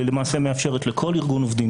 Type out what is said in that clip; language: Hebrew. היא למעשה מאפשרת לכל ארגון עובדים,